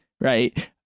right